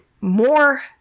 more